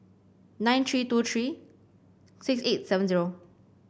nine three two three six eight seven zero